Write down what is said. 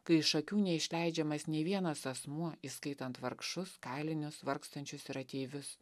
kai iš akių neišleidžiamas nei vienas asmuo įskaitant vargšus kalinius vargstančius ir ateivius